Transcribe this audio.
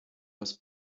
was